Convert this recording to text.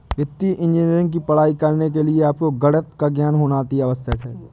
वित्तीय इंजीनियरिंग की पढ़ाई करने के लिए आपको गणित का ज्ञान होना अति आवश्यक है